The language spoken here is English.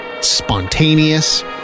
spontaneous